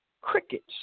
crickets